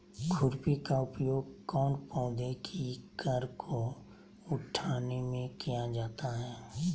खुरपी का उपयोग कौन पौधे की कर को उठाने में किया जाता है?